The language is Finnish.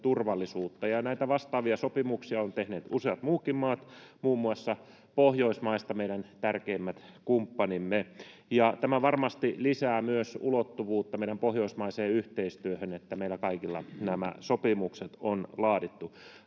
turvallisuutta. Näitä vastaavia sopimuksia ovat tehneet useat muutkin maat, muun muassa Pohjoismaista meidän tärkeimmät kumppanimme, ja tämä varmasti lisää myös ulottuvuutta meidän pohjoismaiseen yhteistyöhömme, että meillä kaikilla nämä sopimukset on laadittu.